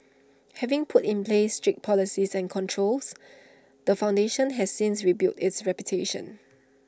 having put in place strict policies and controls the foundation has since rebuilt its reputation